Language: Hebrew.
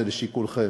זה לשיקולכם.